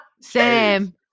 Sam